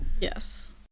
Yes